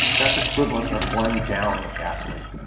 that's equivalent of one gallon of gasoline.